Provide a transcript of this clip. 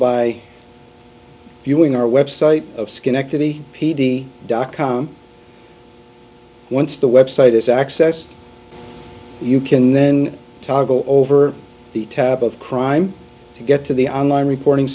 by viewing our website of schenectady p d dot com once the website is accessed you can then toggle over the tab of crime to get to the on line reporting